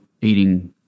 eating